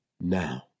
now